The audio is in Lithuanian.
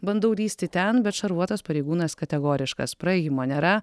bandau lįsti ten bet šarvuotas pareigūnas kategoriškas praėjimo nėra